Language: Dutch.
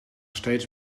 steeds